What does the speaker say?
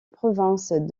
province